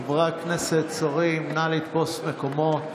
חברי הכנסת, שרים, נא לתפוס מקומות.